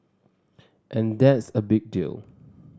and that's a big deal